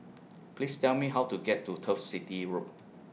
Please Tell Me How to get to Turf City Road